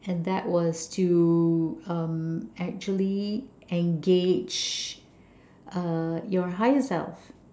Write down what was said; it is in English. and that was to uh actually engage uh your higher self